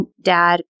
dad